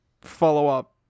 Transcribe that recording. follow-up